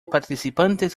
participantes